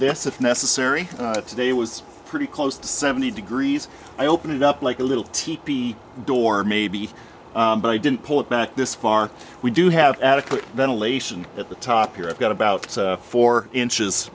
this if necessary today was pretty close to seventy degrees i opened it up like a little teak the door maybe but i didn't pull it back this far we do have adequate ventilation at the top here i've got about four inches